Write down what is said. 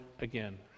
again